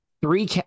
three